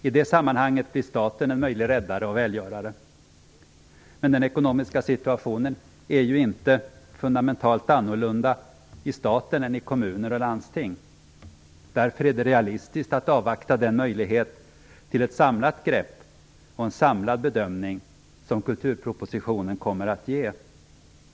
I det sammanhanget blir staten en möjlig räddare och välgörare. Men den ekonomiska situationen är ju inte fundamentalt annorlunda i staten än i kommuner och landsting. Därför är det realistiskt att avvakta den möjlighet till ett samlat grepp och en samlad bedömning som kulturpropositionen kommer att ge.